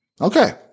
Okay